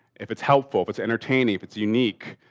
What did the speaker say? if it's helpful, if it's entertaining, if it's unique,